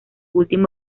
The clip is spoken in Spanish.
ultimo